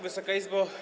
Wysoka Izbo!